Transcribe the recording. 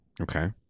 okay